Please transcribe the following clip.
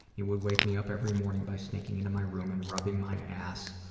he would wake me up every morning by sneaking into my room and rubbing my ass.